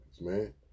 man